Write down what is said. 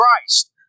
Christ